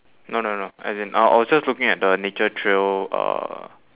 no no no as in I I was just looking at the nature trail uh